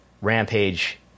Rampage